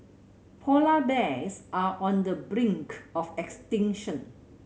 polar bears are on the brink of extinction